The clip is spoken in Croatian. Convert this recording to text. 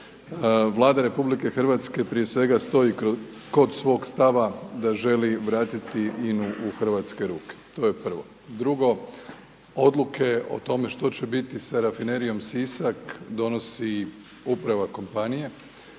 Vlada RH prije svega stoji kod svog stava da želi vratiti INA-u u hrvatske ruke, to je prvo. Drugo, odluke o tome što će biti sa Rafinerijom Sisak donosi uprava kompanije,